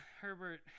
Herbert